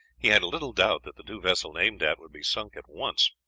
he had little doubt that the two vessels aimed at would be sunk at once.